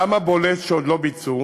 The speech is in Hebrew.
למה בולט שעוד לא ביצעו?